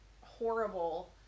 horrible